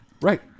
Right